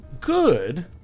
good